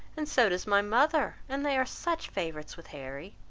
and so does my mother and they are such favourites with harry!